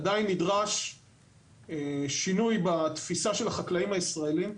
עדיין נדרש שינוי בתפיסה של החקלאים הישראליים,